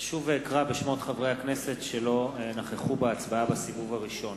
אשוב ואקרא בשמות חברי הכנסת שלא נכחו בהצבעה בסיבוב הראשון: